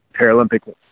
Paralympic